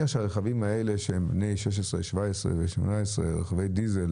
הרכבים האלה שהם בני 16, 17 ו-18, רכבי דיזל